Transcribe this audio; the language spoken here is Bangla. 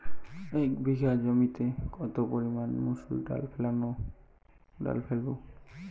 এক বিঘে জমিতে কত পরিমান মুসুর ডাল ফেলবো?